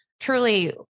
Truly